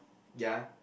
ya